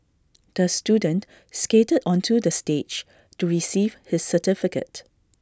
the student skated onto the stage to receive his certificate